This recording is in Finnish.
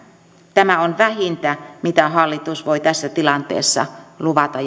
tämä on vähintä mitä hallitus voi tässä tilanteessa luvata